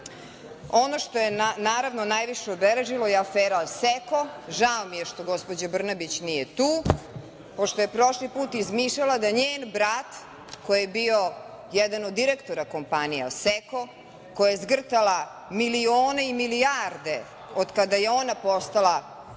Ono što je, naravno, najviše obeležilo je afera „Aseko“, žao mi je što gospođa Brnabić nije tu, pošto je prošli put izmišljala da njen brat, koji je bio jedan od direktora kompanije „Aseko“, koja je zgrtala milione i milijarde od kada je ona postala